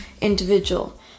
individual